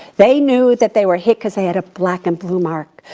they knew that they were hit cause they had a black and blue mark.